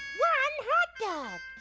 one hot dog.